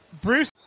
Bruce